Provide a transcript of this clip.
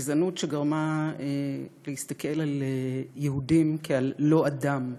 גזענות שגרמה להסתכל על יהודים כעל לא אדם,